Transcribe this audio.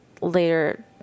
later